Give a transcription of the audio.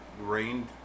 rained